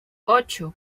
ocho